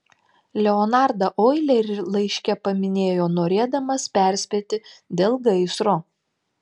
leonardą oilerį laiške paminėjo norėdamas perspėti dėl gaisro